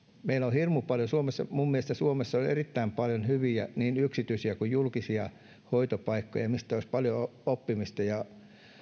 meillä on hirmu paljon suomessa hyviä niin yksityisiä kuin julkisia hoitopaikkoja mistä olisi paljon oppimista ja